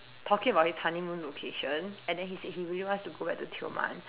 talking about his honeymoon location and then he said he really wants to go back to Tioman